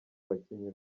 abakinnyi